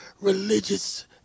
religious